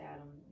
Adam